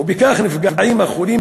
ומכך נפגעים החולים,